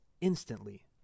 instantly